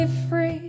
free